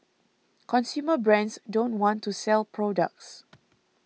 consumer brands don't want to sell products